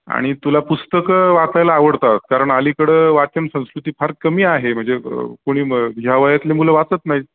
आणि तुला पुस्तकं वाचायला आवडतात कारण अलीकडं वाचन संस्कृती फार कमी आहे म्हणजे कोणी ह्या वयातले मुलं वाचत नाहीत